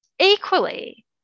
Equally